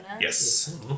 Yes